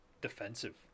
defensive